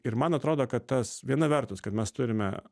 ir man atrodo kad tas viena vertus kad mes turime